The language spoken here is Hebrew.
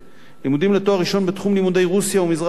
לימודים לתואר ראשון בתחום לימודי רוסיה ומזרח-אירופה,